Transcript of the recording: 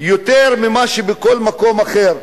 יותר מבכל מקום אחר.